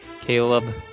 Caleb